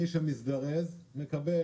מי שמזדרז מקבל.